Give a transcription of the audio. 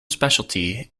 specialty